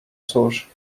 cóż